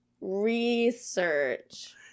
Research